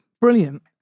Brilliant